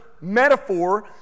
metaphor